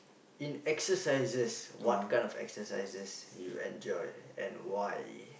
in exercises what kind of exercises you enjoy and why